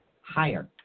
higher